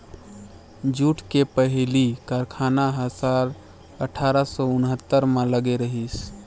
jute के पहिली कारखाना ह साल अठारा सौ उन्हत्तर म लगे रहिस